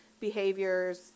behaviors